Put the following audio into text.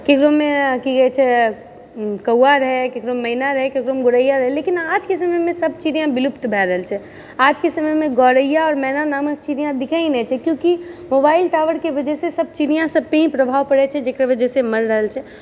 केकरोमे की कहै छै कौवा रहै ककरोमे मैना रहै ककरोमे गोरैया रहै लेकिन आजके समयमे सब चिड़िया विलुप्त भए रहल छै आजके समयमे गोरैया आओर मैना नामक चिड़िया दिखाए नहि छै क्योकि मोबाइल टावरके वजहसँ सब चिड़िया सब पे ही प्रभाव पड़ै छै जकर वजहसँ मरि रहल छै